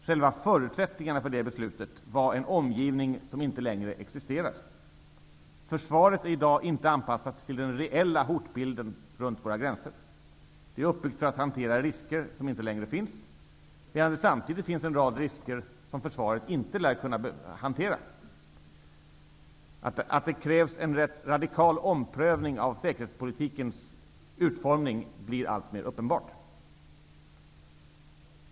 Själva förutsättningarna för det beslutet var en omgivning som inte längre existerar. Försvaret är i dag inte anpassat till den reella hotbilden runt våra gränser. Det är uppbyggt för att hantera risker som inte längre finns, samtidigt som det finns en rad risker som försvaret inte lär kunna hantera. Att det här krävs en rätt radikal omprövning av säkerhetspolitikens utformning är alltmer uppenbart.